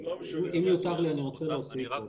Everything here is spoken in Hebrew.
אם יותר לי אני רוצה להוסיף עוד.